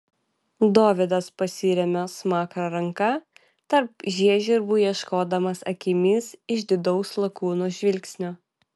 dovydas pasiremia smakrą ranka tarp žiežirbų ieškodamas akimis išdidaus lakūno žvilgsnio